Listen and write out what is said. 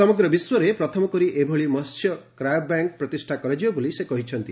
ସମଗ୍ର ବିଶ୍ୱରେ ପ୍ରଥମକରି ଏଭଳି ମସ୍ୟ କାୟୋବ୍ୟାଙ୍କ ପ୍ରତିଷ୍ଠା କରାଯିବ ବୋଲି ସେ କହିଛନ୍ତି